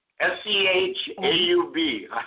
S-C-H-A-U-B